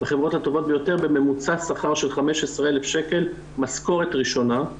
בחברות ה טובות ביותר בממוצע שכר של 15,000 שקל משכורת ראשונה.